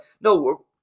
no